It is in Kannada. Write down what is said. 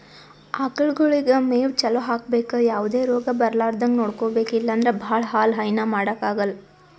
ಆಕಳಗೊಳಿಗ್ ಮೇವ್ ಚಲೋ ಹಾಕ್ಬೇಕ್ ಯಾವದೇ ರೋಗ್ ಬರಲಾರದಂಗ್ ನೋಡ್ಕೊಬೆಕ್ ಇಲ್ಲಂದ್ರ ಭಾಳ ಹಾಲ್ ಹೈನಾ ಮಾಡಕ್ಕಾಗಲ್